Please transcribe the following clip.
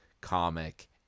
comic